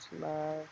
love